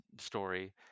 story